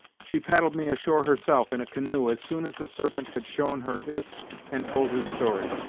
she paddled me ashore herself, in a canoe, as soon as the serpent had shown her hist and told his story.